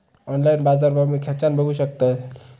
Online बाजारभाव मी खेच्यान बघू शकतय?